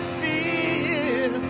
feel